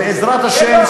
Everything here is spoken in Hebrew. חבלי לידה?